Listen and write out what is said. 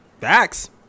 Facts